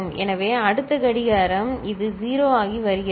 எனவே அடுத்த கடிகாரம் இது 0 ஆகி வருகிறது